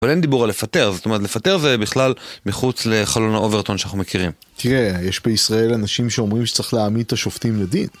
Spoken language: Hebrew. אבל אין דיבור על לפטר, זאת אומרת לפטר זה בכלל מחוץ לחלון האוברטון שאנחנו מכירים. תראה, יש בישראל אנשים שאומרים שצריך להעמיד את השופטים לדין.